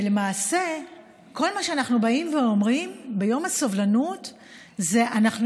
למעשה כל מה שאנחנו באים ואומרים ביום הסובלנות זה: אנחנו